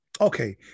okay